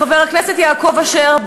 חבר הכנסת יעקב אשר,